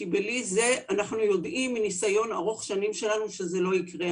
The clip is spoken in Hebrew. בלי זה אנחנו יודעים מניסיון ארוך שנים שזה לא יקרה.